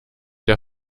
der